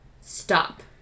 stop